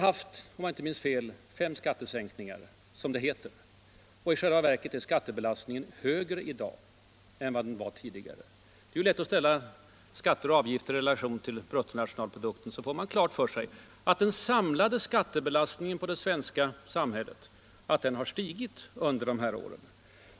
Men om jag inte minns fel har vi haft fem ”skattesänkningar” — som det heter och trots detta är i själva verket skattebelastningen högre i dag än vad den var tidigare. Det är lätt att ställa skatter och avgifter i relation till bruttonationalprodukten. Då får man klart för sig att den samlade skattebelastningen på det svenska samhället har stigit under dessa år.